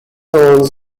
owns